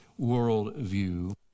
worldview